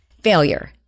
failure